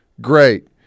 great